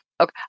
okay